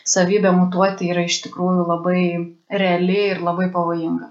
savybė mutuoti yra iš tikrųjų labai reali ir labai pavojinga